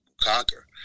conquer